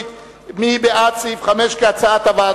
מי בעד הסתייגות זו?